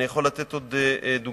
אני יכול לתת עוד דוגמאות,